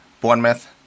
Bournemouth